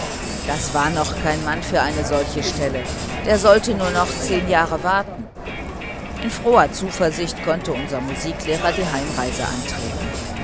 das war noch kein mann für solch eine stelle der sollte nur noch zehn jahre warten in froher zuversicht konnte unser musiklehrer die heimreise antreten